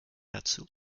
dazu